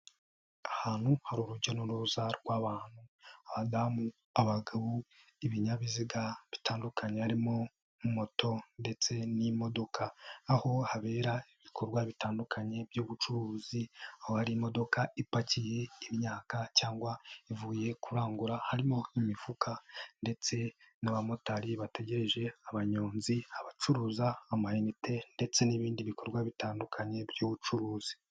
Ahantu hari urujya n'uruza rw'abantu, abadamu, abagabo, ibinyabiziga bitandukanye, harimo moto ndetse n'imodoka. Aho habera ibikorwa bitandukanye by'ubucuruzi, aho hari imodoka ipakiye imyaka cyangwa ivuye kurangura, harimo imifuka ndetse n'abamotari bategereje abanyonzi, abacuruza amayinite ndetse n'ibindi bikorwa bitandukanye by'ubucuruzi.